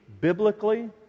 biblically